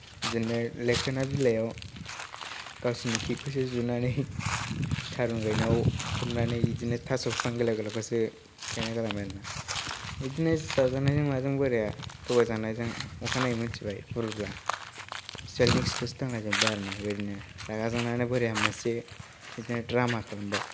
बिदिनो लोखोना बिलाइआव गावसोरनि खिखौसो जुनानै थारुन गायनायाव खननानै बिदिनो थास' बिफां गोलाव गोलावखौसो गायना गालांबाय आरो ना बिदिनो जाजानायजों माजों बोराया थगायजानायजों अखानायै मिथिबाय बुरोब्ला सियालनि खिखौसो दांलाजोबबाय आरो ना बिदिनो रागा जोंनानै बोराया मोनसे बिदिनो द्रामा खालामबाय